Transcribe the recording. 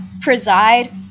preside